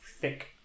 thick